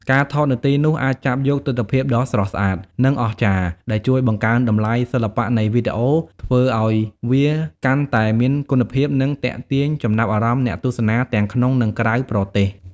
ការថតនៅទីនោះអាចចាប់យកទិដ្ឋភាពដ៏ស្រស់ស្អាត និងអស្ចារ្យ ដែលជួយបង្កើនតម្លៃសិល្បៈនៃវីដេអូ ធ្វើឲ្យវាកាន់តែមានគុណភាព និងទាក់ទាញចំណាប់អារម្មណ៍អ្នកទស្សនាទាំងក្នុង និងក្រៅប្រទេស។